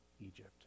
Egypt